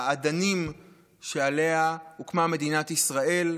באדנים שעליה הוקמה מדינת ישראל,